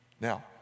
Now